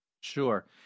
Sure